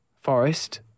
forest